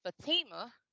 Fatima